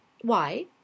Why